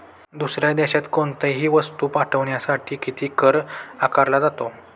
दुसऱ्या देशात कोणीतही वस्तू पाठविण्यासाठी किती कर आकारला जातो?